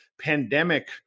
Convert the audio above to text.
pandemic